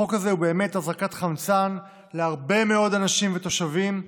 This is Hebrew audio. החוק הזה הוא באמת הזרקת חמצן להרבה מאוד אנשים ותושבים,